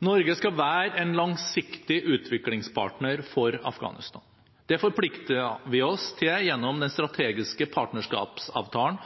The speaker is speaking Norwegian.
Norge skal være en langsiktig utviklingspartner for Afghanistan. Det forpliktet vi oss til gjennom den strategiske partnerskapsavtalen